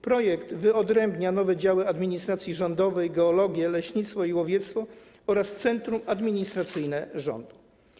Projekt wyodrębnia nowe działy administracji rządowej - geologię, leśnictwo i łowiectwo oraz centrum administracyjne rządu.